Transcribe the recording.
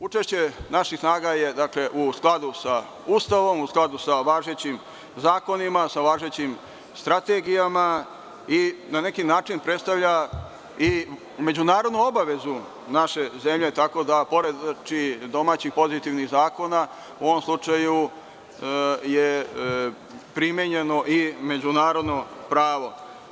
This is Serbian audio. Učešće naših snaga je u skladu sa Ustavom, u skladu sa važećim zakonima, sa važećim strategijama i na neki način predstavlja međunarodnu obavezu naše zemlje, tako da pored domaćih pozitivnih zakona, u ovom slučaju, je primenjeno i međunarodno pravo.